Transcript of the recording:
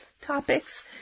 topics